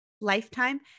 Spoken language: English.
Lifetime